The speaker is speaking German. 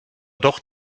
doch